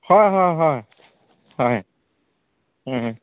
হয় হয় হয়